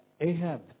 Ahab